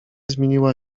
zmieniła